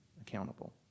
accountable